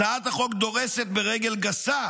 הצעת החוק דורסת ברגל גסה